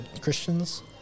Christians